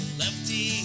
lefty